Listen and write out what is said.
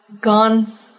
gone